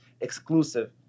exclusive